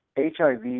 HIV